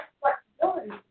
flexibility